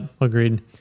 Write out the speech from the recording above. agreed